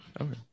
Okay